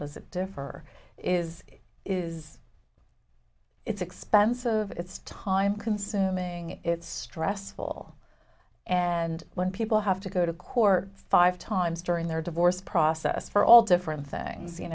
does it differ is is it it's expensive it's time consuming it's stressful and when people have to go to court five times during their divorce process for all different things you